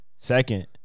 Second